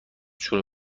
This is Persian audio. شروع